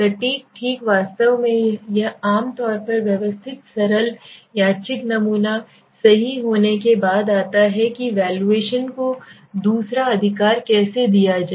सटीक ठीक वास्तव में यह आम तौर पर व्यवस्थित सरल यादृच्छिक नमूना सही होने के बाद आता है कि वैल्यूएशन को दूसरा अधिकार कैसे लिया जाए